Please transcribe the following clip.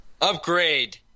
Upgrade